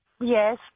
yes